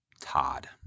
Todd